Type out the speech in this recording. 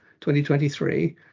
2023